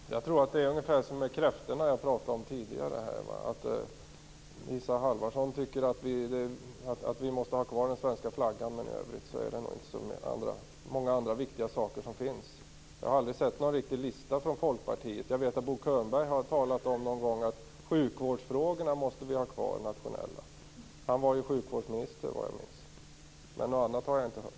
Herr talman! Jag tror att det är ungefär som med kräftorna jag pratade om tidigare. Isa Halvarsson tycker att vi måste ha kvar den svenska flaggan, men i övrigt finns det nog inte så många viktiga saker. Jag har aldrig sett någon riktig lista från Folkpartiet. Jag vet att Bo Könberg någon gång har talat om att vi måste ha kvar sjukvårdsfrågorna nationellt. Han var ju sjukvårdsminister, vad jag minns. Men något annat har jag inte hört.